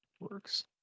works